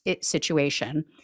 situation